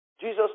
Jesus